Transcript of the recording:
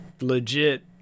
Legit